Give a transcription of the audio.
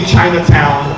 Chinatown